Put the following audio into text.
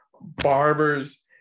barbers